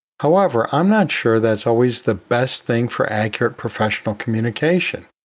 however, i'm not sure that's always the best thing for accurate professional communication,